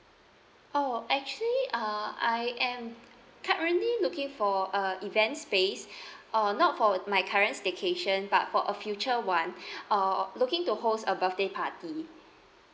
oh actually uh I am currently looking for a event space not for my current staycation but for a future [one] uh looking to host a birthday party